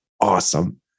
awesome